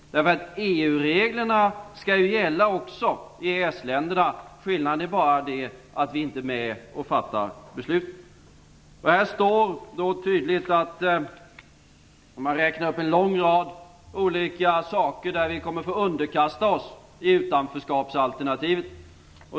EU reglerna skall ju gälla också i EES-länderna. Skillnaden är bara det att vi inte är med och fattar besluten. Man räknar upp en lång rad olika saker där vi kommer att få underkasta oss utanförskapsalternativet.